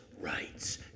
rights